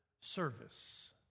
service